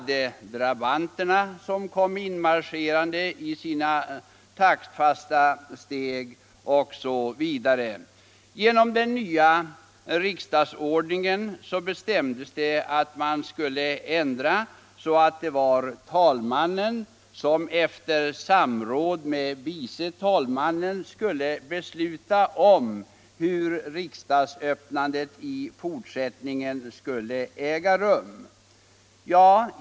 Drabanterna kom inmarscherande med taktfasta steg, osv. Genom den nya riksdagsordningen blev det talmannen som efter samråd med vice talmännen skulle besluta om hur riksdagens öppnande i fortsättningen skulle gå till.